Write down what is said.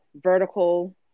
vertical